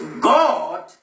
God